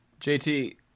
JT